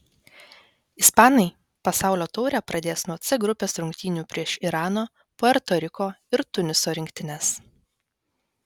ispanai pasaulio taurę pradės nuo c grupės rungtynių prieš irano puerto riko ir tuniso rinktines